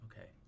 Okay